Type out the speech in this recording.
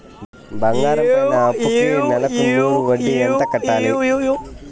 బంగారం పైన అప్పుకి నెలకు నూరు వడ్డీ ఎంత కట్టాలి?